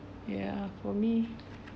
ya for me